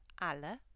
alle